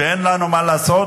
שאין לנו מה לעשות